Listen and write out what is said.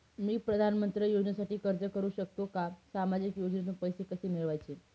मी पंतप्रधान योजनेसाठी अर्ज करु शकतो का? सामाजिक योजनेतून पैसे कसे मिळवायचे